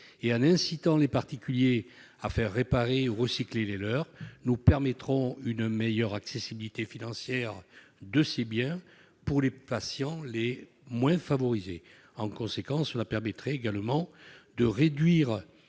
et en incitant les particuliers à faire réparer ou recycler le leur, nous permettrons une meilleure accessibilité financière de ces biens pour les patients les moins favorisés. Cela permettrait également de réduire